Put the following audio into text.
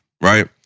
Right